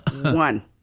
one